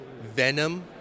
Venom